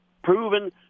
Proven